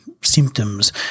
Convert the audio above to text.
symptoms